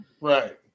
Right